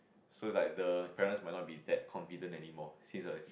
so it's like the parents might not be that confident anymore since you're